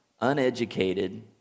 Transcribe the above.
uneducated